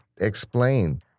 explain